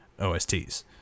OSTs